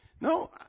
No